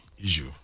issue